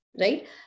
right